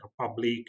public